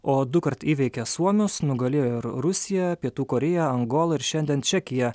o dukart įveikė suomius nugalėjo ir rusiją pietų korėją angolą ir šiandien čekiją